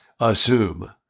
assume